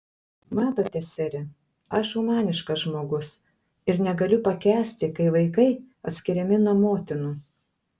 matote sere aš humaniškas žmogus ir negaliu pakęsti kai vaikai atskiriami nuo motinų